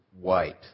white